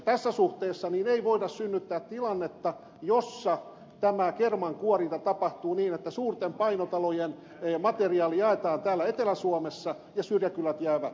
tässä suhteessa ei voida synnyttää tilannetta jossa tämä kermankuorinta tapahtuu niin että suurten painotalojen materiaali jaetaan täällä etelä suomessa ja syrjäkylät jäävät ilman